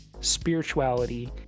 spirituality